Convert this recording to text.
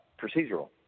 procedural